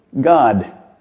God